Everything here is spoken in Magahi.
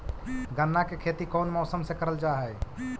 गन्ना के खेती कोउन मौसम मे करल जा हई?